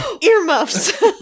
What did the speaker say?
Earmuffs